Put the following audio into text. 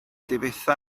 difetha